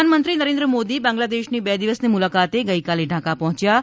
પ્રધાનમંત્રી નરેન્દ્ર મોદી બાંગ્લાદેશની બે દિવસની મુલાકાતે ગઇકાલે ઢાકા પહોચ્યા હતા